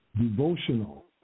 devotional